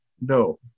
no